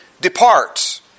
departs